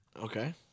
Okay